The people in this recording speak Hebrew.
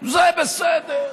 זה בסדר,